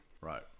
Right